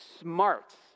smarts